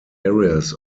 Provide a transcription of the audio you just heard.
areas